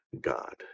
god